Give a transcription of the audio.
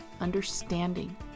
understanding